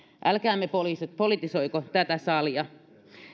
älkäämme politisoiko tätä salia